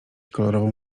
kolorową